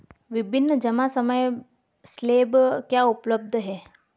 विभिन्न जमा समय स्लैब क्या उपलब्ध हैं?